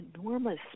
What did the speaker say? enormous